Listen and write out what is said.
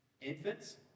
Infants